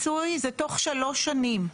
פיצוי זה תוך שלוש שנים.